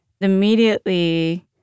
immediately